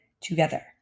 together